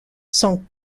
son